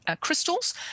crystals